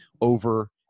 over